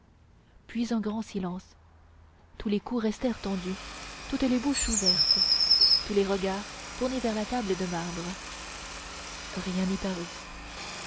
puis un grand silence tous les cous restèrent tendus toutes les bouches ouvertes tous les regards tournés vers la table de marbre rien n'y parut